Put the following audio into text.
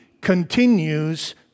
continues